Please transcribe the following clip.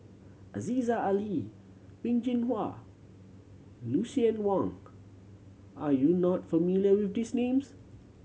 Aziza Ali Wen Jinhua Lucien Wang are you not familiar with these names